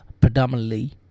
predominantly